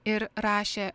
ir rašė